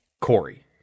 Corey